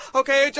okay